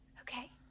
okay